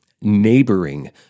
neighboring